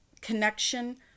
connection